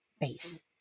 base